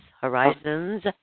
horizons